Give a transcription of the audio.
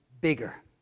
bigger